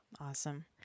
Awesome